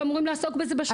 אתם אמורים לעסוק בזה בשוטף.